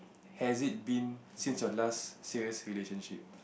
has it been since your last serious relationship